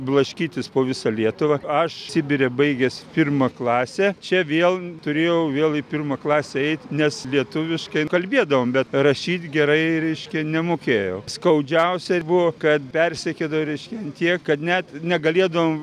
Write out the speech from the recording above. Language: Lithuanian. blaškytis po visą lietuvą aš sibire baigęs pirmą klasę čia vėl turėjau vėl į pirmą klasę eit nes lietuviškai kalbėdavom bet rašyt gerai reiškia nemokėjau skaudžiausiai buvo kad persekiodavo reiškia ant tiek kad net negalėdavau